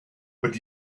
but